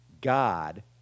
God